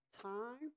time